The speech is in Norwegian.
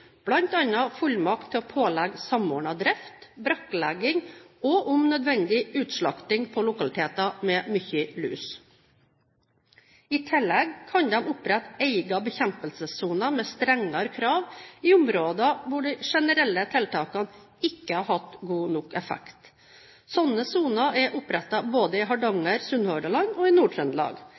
fullmakt til å pålegge samordnet drift, brakklegging og om nødvendig utslakting på lokaliteter med mye lus. I tillegg kan de opprette egne bekjempelsessoner med strengere krav i områder hvor de generelle tiltakene ikke har hatt god nok effekt. Slike soner er opprettet både i Hardanger/Sunnhordland og i